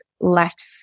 left